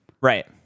Right